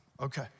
Okay